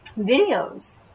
videos